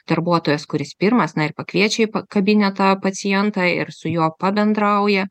darbuotojas kuris pirmas na ir pakviečia į pa kabinetą pacientą ir su juo pabendrauja